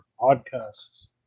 podcasts